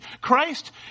Christ